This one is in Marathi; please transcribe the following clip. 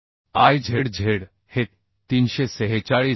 तर I z z हे 346